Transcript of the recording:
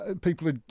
people